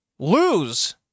Lose